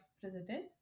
president